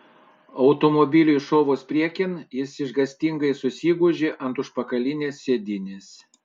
automobiliui šovus priekin jis išgąstingai susigūžė ant užpakalinės sėdynės